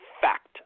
fact